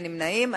אין נמנעים.